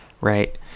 right